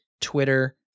Twitter